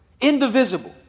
indivisible